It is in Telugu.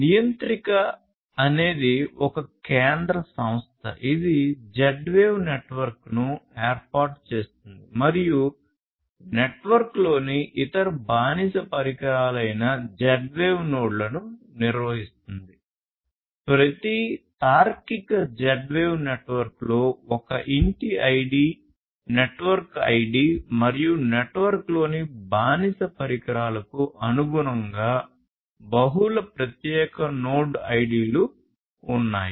నియంత్రిక ఉన్నాయి